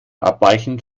abweichend